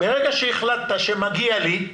ברגע שהחלטת שמגיע לי,